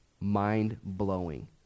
mind-blowing